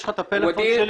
יש לך את מספר הפלאפון שלי,